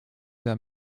der